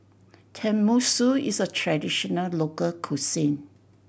tenmusu is a traditional local cuisine